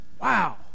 wow